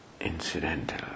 incidental